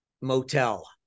motel